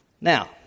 Now